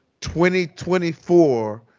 2024